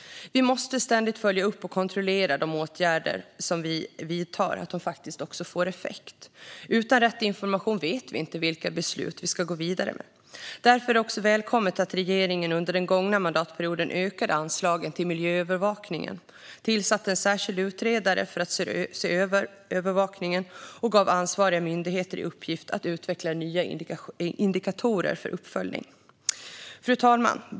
Vi måste ständigt följa upp och kontrollera att de åtgärder vi vidtar får effekt. Utan rätt information vet vi inte vilka beslut vi ska gå vidare med. Därför var det välkommet att regeringen under den gångna mandatperioden ökade anslagen till miljöövervakningen, tillsatte en särskild utredare för att se över övervakningen och gav ansvariga myndigheter i uppgift att utveckla nya indikatorer för uppföljning. Fru talman!